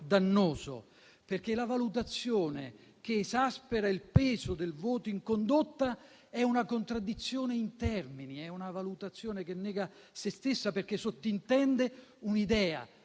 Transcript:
dannoso, perché la valutazione che esaspera il peso del voto in condotta è una contraddizione in termini. È una valutazione che nega se stessa, perché sottintende un'idea